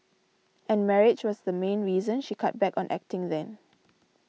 and marriage was the main reason she cut back on acting then